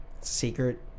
Secret